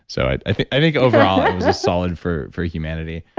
so i think i think overall it was a solid for for humanity.